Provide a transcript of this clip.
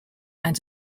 and